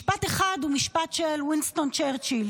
משפט אחד הוא משפט של וינסטון צ'רצ'יל: